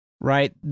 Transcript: right